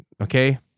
okay